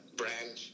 brand